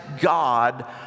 God